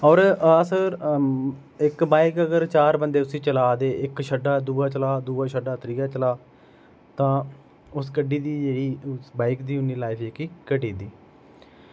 और अस इक बाईक अगर चार बंदे उसी चला दे इक छड्डा दा दूआ चला दा त्रीआ चला तां उस गड्डी दी जेह्ड़ी बाईक दी उन्नी लाईफ जेह्की घटी'दी